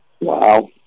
Wow